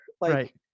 right